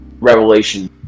Revelation